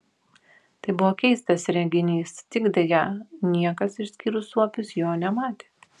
tai buvo keistas reginys tik deja niekas išskyrus suopius jo nematė